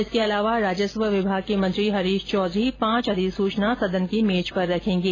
इसके अलावा राजस्व विभाग के मंत्री हरीश चौधरी पांच अधिसूचना सदन की मेज पर रखेंगे